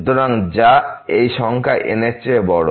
সুতরাং যা এই সংখ্যা n এর চেয়েও বড়